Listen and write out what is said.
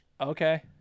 Okay